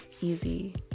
easy